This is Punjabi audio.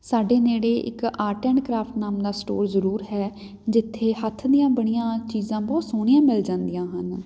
ਸਾਡੇ ਨੇੜੇ ਇੱਕ ਆਰਟ ਐਂਡ ਕਰਾਫਟ ਨਾਮ ਦਾ ਸਟੋਰ ਜ਼ਰੂਰ ਹੈ ਜਿੱਥੇ ਹੱਥ ਦੀਆਂ ਬਣੀਆਂ ਚੀਜ਼ਾਂ ਬਹੁਤ ਸੋਹਣੀਆਂ ਮਿਲ ਜਾਂਦੀਆਂ ਹਨ